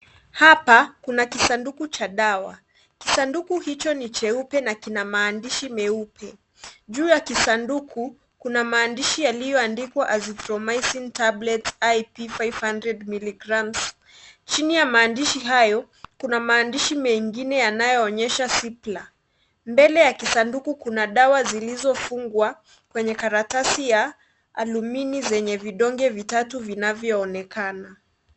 Hapa kuna kisanduku cha dawa . Kisanduku hicho ni cheupe na kina maandishi meupe . Juu ya kisanduku kuna maandishi yaliyoandikwa Azithromycin tablet ip five hundred milligrams . Chini ya maandishi hayo kuna maandishi mengine yanayoonyesha cipla . Mbele ya kisanduku kuna dawa zilizofungwa kenye karatasi ya alumini zenye vidonge vitatu vinavyoonekana .